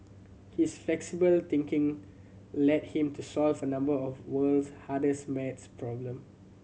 his flexible thinking led him to solves a number of world's hardest maths problem